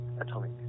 atomic